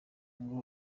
ngo